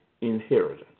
inheritance